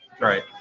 Right